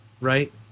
Right